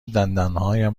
دندانهایم